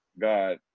God